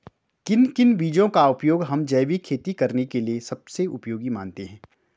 किन किन बीजों का उपयोग हम जैविक खेती करने के लिए सबसे उपयोगी मानते हैं?